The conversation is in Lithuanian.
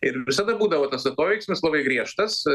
ir visada būdavo tas atoveiksmis labai griežtas